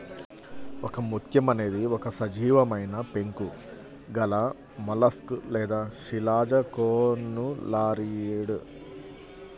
ఒకముత్యం అనేది ఒక సజీవమైనపెంకు గలమొలస్క్ లేదా శిలాజకోనులారియిడ్